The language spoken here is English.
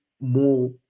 more